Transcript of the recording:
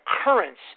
occurrence